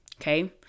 Okay